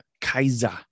kaiser